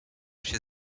się